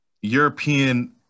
European